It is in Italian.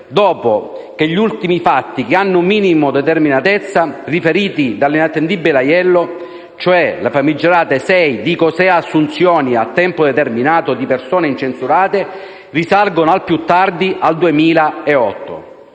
dopo che gli ultimi fatti che hanno un minimo di determinatezza, riferiti dall'inattendibile Aiello, cioè le famigerate sei, dico sei, assunzioni a tempo determinato di persone incensurate, risalgono al più tardi al 2008.